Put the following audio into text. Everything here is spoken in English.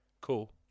cool